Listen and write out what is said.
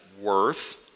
worth